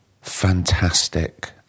fantastic